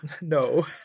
no